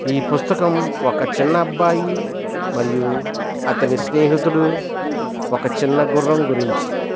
ఈ పుస్తకం ఒక చిన్న అబ్బాయి మరియు అతని స్నేహితుడు ఒక చిన్న గుర్రం గురించి